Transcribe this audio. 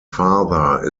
father